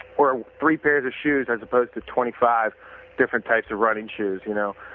or three pairs of shoes as opposed to twenty five different types of running shoes, you know